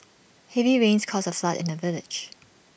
heavy rains caused A flood in the village